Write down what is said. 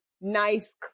nice